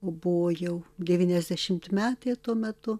o buvo jau devyniasdešimtmetė tuo metu